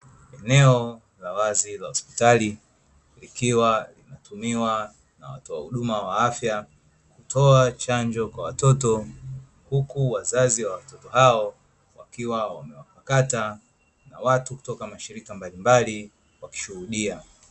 Eneo la wazi la hospitali, likiwa linatumiwa na watoa huduma wa afya, wakitoa chanjo kwa watoto, huku wazazi wa watoto hao wakiwa wamewapakata. Watu kutoka mashirika mbalimbali wakishuhudia.